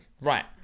right